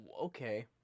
Okay